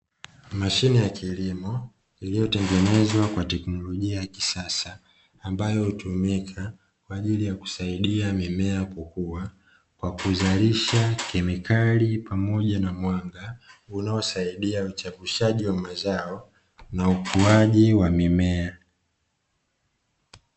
Mashine ya kilimo iliyotengenezwa kwa teknolojia ya kisasa ambayo hutumika kwa ajili ya kusaidia mimea kukua kwa kuzalisha kemikali pamoja na mwanga unaosaidia uchavushaji wa mazao na ukuaji wa mimea.